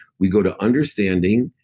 we go to understanding,